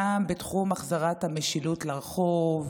גם בתחום החזרת המשילות לרחוב,